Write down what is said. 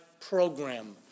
program